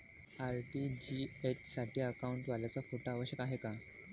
RTGS साठी अकाउंटवाल्याचा photo आवश्यक आहे का?